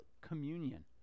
communion